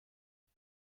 کار